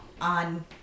on